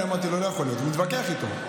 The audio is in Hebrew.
אני אמרתי לו: לא יכול להיות, אני מתווכח איתו.